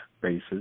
bases